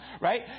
right